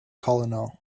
colonel